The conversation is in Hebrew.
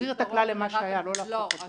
להחזיר את הכלל למה שהיה, לא להפוך אותו.